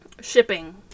shipping